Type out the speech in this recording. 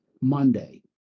Monday